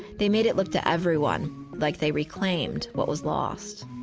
they made it look to everyone like they reclaimed what was lost.